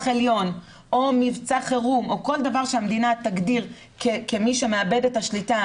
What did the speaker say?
עליון או מבצע חירום או כל דבר שהמדינה תגדיר כמי שמאבד את השליטה,